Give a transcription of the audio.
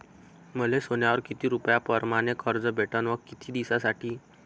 मले सोन्यावर किती रुपया परमाने कर्ज भेटन व किती दिसासाठी?